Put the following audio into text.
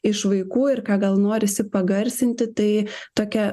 iš vaikų ir ką gal norisi pagarsinti tai tokią